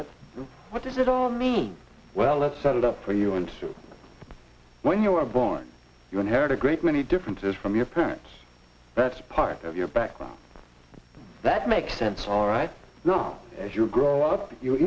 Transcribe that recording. but what does it all mean well let's set it up for you and when you are born you inherit a great many differences from your parents that's part of your background that makes sense all right now as you grow up